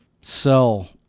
sell